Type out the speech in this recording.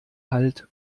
halt